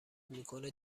میکنه